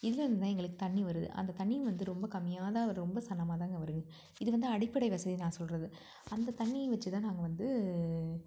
இதிலிருந்து தான் எங்களுக்குத் தண்ணி வருது அந்தத் தண்ணியும் வந்து ரொம்ப கம்மியாக தான் வரும் ரொம்ப சன்னமாகதாங்க வருது இது வந்து அடிப்படை வசதி நான் சொல்கிறது அந்தத் தண்ணியை வச்சு தான் நாங்கள் வந்து